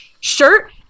shirt